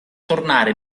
tornare